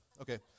Okay